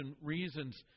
reasons